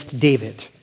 David